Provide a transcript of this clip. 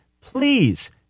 Please